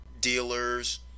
dealers